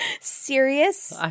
Serious